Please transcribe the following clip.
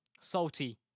Salty